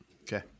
Okay